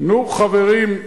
נו, חברים,